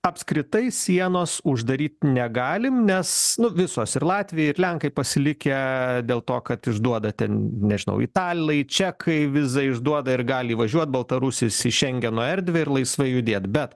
apskritai sienos uždaryt negalim nes nu visos ir latvija ir lenkai pasilikę dėl to kad išduoda ten nežinau italai čekai vizą išduoda ir gali įvažiuot baltarusis į šengeno erdvę ir laisvai judėt bet